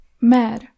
Mer